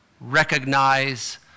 recognize